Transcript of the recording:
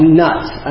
nuts